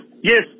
yes